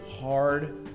hard